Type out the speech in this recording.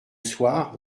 soir